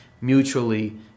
mutually